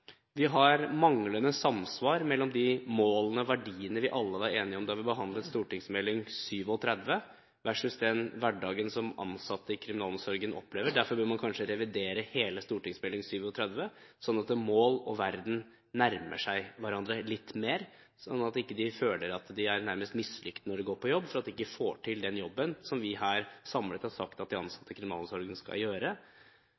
Vi har manglende samsvar mellom de målene og verdiene vi alle var enige om da vi behandlet St.meld. nr. 37 for 2007–2008, versus den hverdagen som ansatte i kriminalomsorgen opplever. Derfor bør man kanskje revidere hele St.meld. nr. 37, sånn at mål og verden nærmer seg hverandre litt mer, og sånn at de ansatte ikke føler at de nærmest er mislykket når de går på jobb, fordi de ikke får til den jobben som vi her samlet har sagt at de